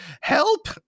Help